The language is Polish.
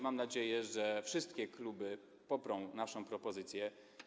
Mam nadzieję, że wszystkie kluby poprą naszą propozycję.